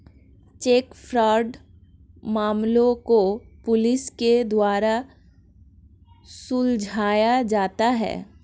check fraud मामलों को police के द्वारा सुलझाया जाता है